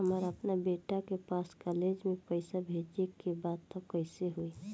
हमरा अपना बेटा के पास कॉलेज में पइसा बेजे के बा त कइसे होई?